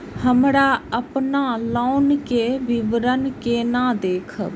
हमरा अपन लोन के विवरण केना देखब?